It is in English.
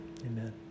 Amen